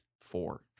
Four